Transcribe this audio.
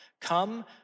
come